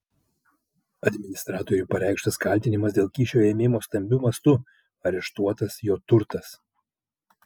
administratoriui pareikštas kaltinimas dėl kyšio ėmimo stambiu mastu areštuotas jo turtas